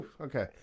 Okay